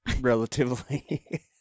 relatively